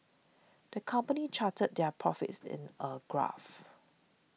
the company charted their profits in a graph